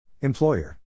Employer